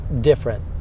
different